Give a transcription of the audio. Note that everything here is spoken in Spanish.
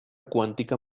cuántica